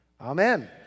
Amen